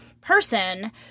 person